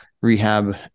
rehab